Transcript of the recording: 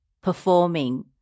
performing